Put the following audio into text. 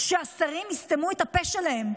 שהשרים יסתמו את הפה שלהם.